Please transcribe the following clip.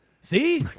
See